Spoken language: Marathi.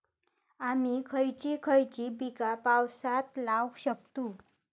आम्ही खयची खयची पीका पावसात लावक शकतु?